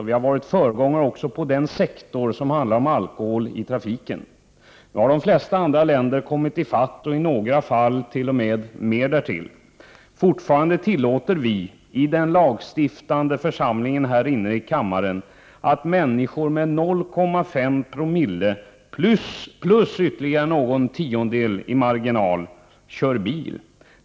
Vi har varit föregångare också på den sektor som handlar om alkohol i trafiken. Nu har de flesta andra länder kommit i fatt, och i några fall har de gått om oss. Fortfarande tillåter vår lagstiftande församling att människor med 0,5 promille, plus ytterligare någon tiondel som osäkerhetsmarginal, kör bil.